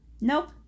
Nope